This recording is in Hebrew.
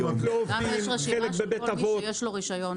לנו יש רשימה של כל מי שיש לו רישיון.